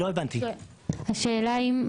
כן,